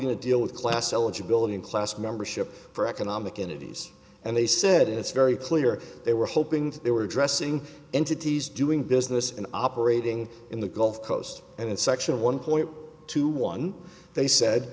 going to deal with class eligibility and class membership for economic entities and they said it's very clear they were hoping they were addressing entities doing business and operating in the gulf coast and in section one point two one they said